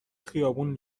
خیابون